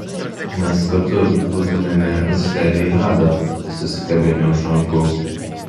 mes kartu būtumėme nusileidę į hadą susikabinę už rankų